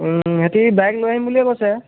ইহঁতি বাইক লৈ আহিম বুলিয়েই কৈছে